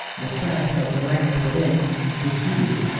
the strength of the magnet within is decreased,